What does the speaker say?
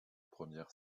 première